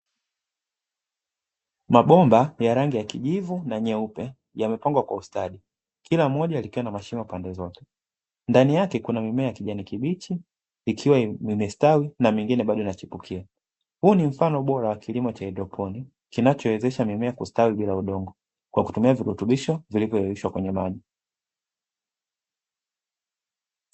Mabomba ya rangi ya kijivu na nyeupe, yamepangwa kwa ustadi, kila moja likiwa na mashimo pande zote, ndani yake kuna mimea ya kijani kibichi ikiwa imestawi na mingine bado inachipukia, huu ni mfano bora wa kilimo cha haidroponi kinachowezesha mimea kustawi bila udongo kwa kutumia virutubisho vilivyoyeyushwa kwenye maji.